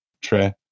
Trey